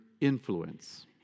influence